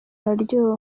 araryoha